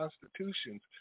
constitutions